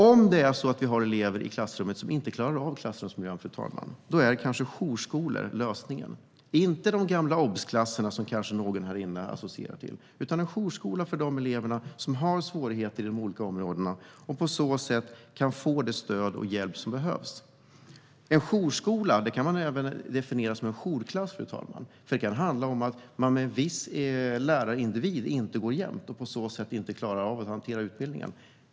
Om det finns elever i klassrummet som inte klarar av klassen är kanske jourskolor lösningen. Det handlar inte om de gamla Obs-klasserna som kanske någon här inne associerar till utan om en jourskola för de elever som har svårigheter på olika områden och på så sätt kan få det stöd och den hjälp som behövs. En jourskola kan även definieras som en jourklass. Det kan handla om att eleven inte går jämnt med en viss lärarindivid och på så sätt inte kan hantera utbildningen.